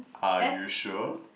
are you sure